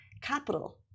capital